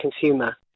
consumer